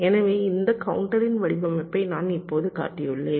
எனவே இந்த கவுண்டரின் வடிவமைப்பை நான் இப்போது காட்டியுள்ளேன்